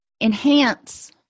enhance